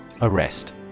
Arrest